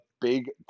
big